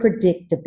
predictably